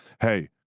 Hey